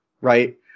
right